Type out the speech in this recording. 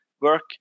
work